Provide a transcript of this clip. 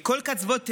מכל קצוות תבל,